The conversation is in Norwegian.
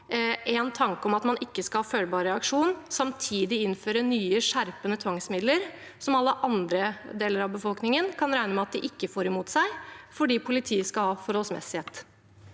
en tanke om at man ikke skal ha en følbar reaksjon, og samtidig innføre nye skjerpende tvangsmidler – som alle andre deler av befolkningen kan regne med at de ikke får imot seg – fordi politiet skal ha forholdsmessighet.